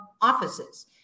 offices